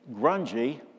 grungy